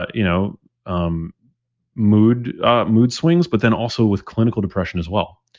ah you know um mood ah mood swings, but then also with clinical depression as well